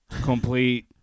complete